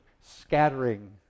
scattering